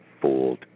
fooled